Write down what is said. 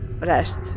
rest